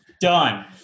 done